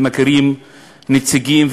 ומכירים נציגים,